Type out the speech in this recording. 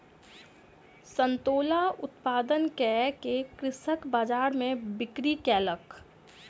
संतोला उत्पादन कअ के कृषक बजार में बिक्री कयलक